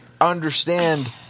understand